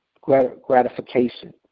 gratification